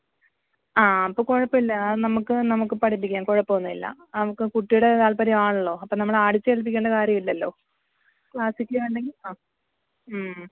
ആ ഇപ്പം കുഴപ്പമില്ല നമുക്ക് നമുക്ക് പഠിപ്പിക്കാം കുഴപ്പമൊന്നുമില്ല നമുക്ക് കുട്ടിയുടെ താല്പര്യം ആണല്ലോ അപ്പം നമ്മള് അടിച്ച് ഏല്പിക്കേണ്ട കാര്യമല്ലല്ലോ ക്ലാസിക്കിൽ വേണ്ടെങ്കിൽ അ മ്